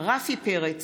רפי פרץ,